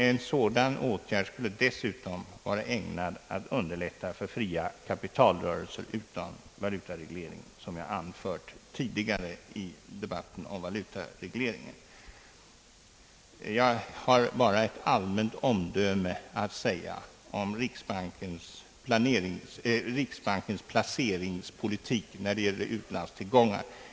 En sådan åtgärd skulle dessutom vara ägnad att underlätta fria kapitalrörel ser utan valutareglering, som jag tidigare anfört i debatten i kväll. Jag har bara ett allmänt omdöme att framföra om riksbankens placeringspolitik när det gäller utlandstillgångar.